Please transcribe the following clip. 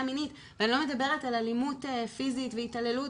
מינית ואני לא מדברת על אלימות פיזית והתעללות